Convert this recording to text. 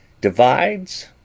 divides